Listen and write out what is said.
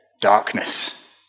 darkness